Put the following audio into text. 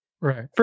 Right